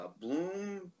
Bloom